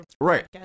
right